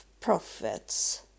prophets